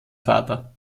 vater